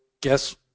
Guess